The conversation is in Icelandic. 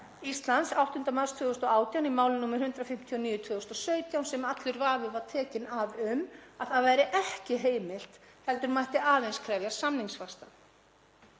Íslands 8. mars 2018 í máli nr. 159/2017 sem allur vafi var tekinn af um að það væri ekki heimilt, heldur mætti aðeins krefjast samningsvaxta.